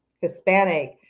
Hispanic